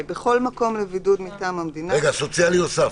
"בכל מקום לבידוד מטעם המדינה..." "...תרופות